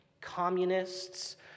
communists